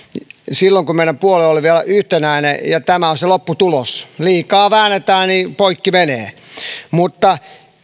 kun meidän puolue oli vielä yhtenäinen ja tämä on se lopputulos kun liikaa väännetään niin poikki menee mutta